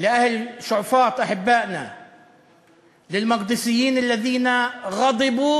אביו של השהיד מוחמד אבו ח'דיר, שהיד תפילת השחר,